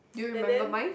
do you remember mine